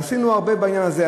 עשינו הרבה בעניין הזה.